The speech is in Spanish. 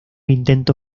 intento